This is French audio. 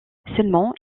seulement